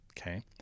Okay